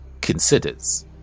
considers